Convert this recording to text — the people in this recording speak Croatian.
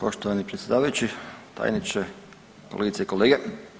Poštovani predsjedavajući, tajniče, kolegice i kolege.